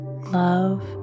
love